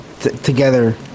together